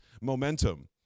momentum